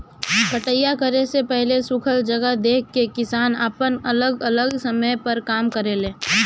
कटिया करे से पहिले सुखल जगह देख के किसान आपन अलग अलग समय पर काम करेले